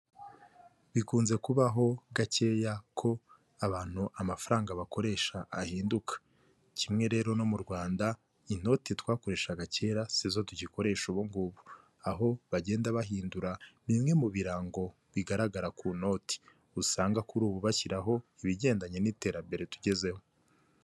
Bikunze kubaho gakeya ko abantu amafaranga bakoresha ahinduka kimwe rero no mu rwanda inoti twakoreshaga kera sizo tugikoresha ubungubu aho bagenda bahindura bimwe mu birango bigaragara ku noti usanga kuri ubu bashyiraho ibigendanye n'iterambere tugezeho.